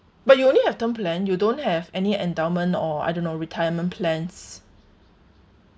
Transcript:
but you only have term plan you don't have any endowment or I don't know retirement plans